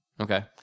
Okay